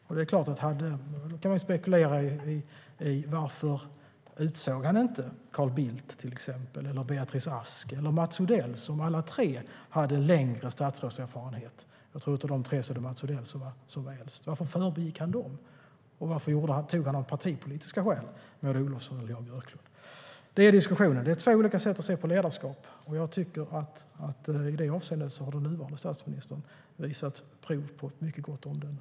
Vi kan spekulera i varför han inte utsåg Carl Bildt, Beatrice Ask eller Mats Odell, som alla tre hade längre statsrådserfarenhet. Jag tror att det var Mats Odell som var äldst. Varför förbigick han dem? Varför tog han av partipolitiska skäl Maud Olofsson eller Jan Björklund? Det är diskussionen, och det är två olika sätt att se på ledarskap. Jag tycker att i det avseendet har den nuvarande statsministern visat prov på mycket gott omdöme.